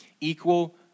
Equal